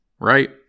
right